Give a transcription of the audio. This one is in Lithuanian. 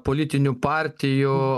politinių partijų